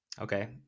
Okay